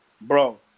bro